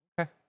Okay